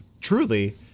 truly